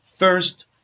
First